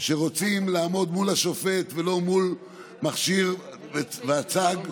שרוצים לעמוד מול השופט ולא מול מכשיר וצג,